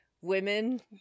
women